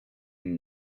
and